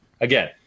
again